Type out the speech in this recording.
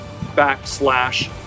backslash